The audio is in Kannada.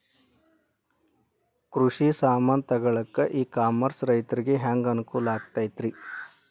ಕೃಷಿ ಸಾಮಾನ್ ತಗೊಳಕ್ಕ ಇ ಕಾಮರ್ಸ್ ರೈತರಿಗೆ ಹ್ಯಾಂಗ್ ಅನುಕೂಲ ಆಕ್ಕೈತ್ರಿ?